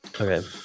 Okay